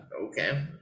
okay